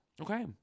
Okay